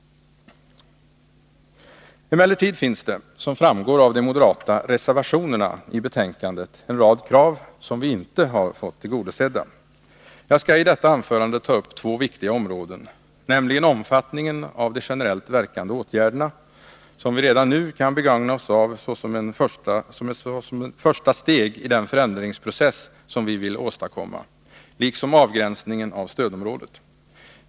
Emellertid finns det, som framgår av de moderata reservationerna i betänkandet, en rad andra krav som vi inte har fått tillgodosedda. Jag skall i detta anförande ta upp två viktiga områden, nämligen omfattningen av de generellt verkande åtgärder som vi redan nu kan begagna oss av såsom ett första steg i den förändringsprocess som vi vill åstadkomma, liksom avgränsningen av stödområdet.